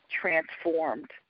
transformed